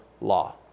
law